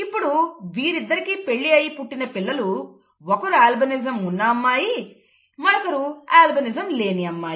ఇప్పుడు వీరిద్దరి కి పెళ్లి అయి పుట్టిన పిల్లలు ఒకరు అల్బినిజం ఉన్న అమ్మాయి ఇంకొకరు అల్బినిజం లేని అమ్మాయి